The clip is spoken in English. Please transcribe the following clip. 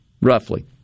roughly